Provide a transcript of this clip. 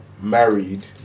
married